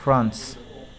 France